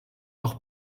auch